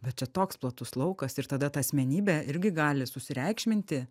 bet čia toks platus laukas ir tada ta asmenybė irgi gali susireikšminti